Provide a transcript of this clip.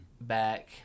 back